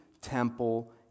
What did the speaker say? temple